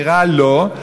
שנראה לו,